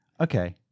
Okay